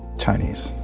chinese.